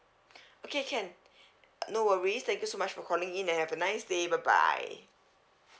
okay can uh no worries thank you so much for calling in and have a nice day bye bye